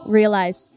realize